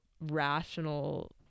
rational